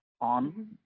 on